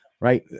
right